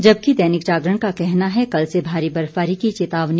जबकि दैनिक जागरण का कहना है कल से भारी बर्फबारी की चेतावनी